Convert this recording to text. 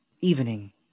evening